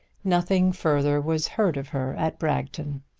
nothing further was heard of her at bragton.